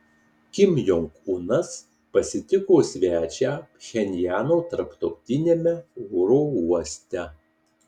kim jong unas pasitiko svečią pchenjano tarptautiniame oro uoste